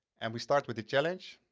and we start with the challenge.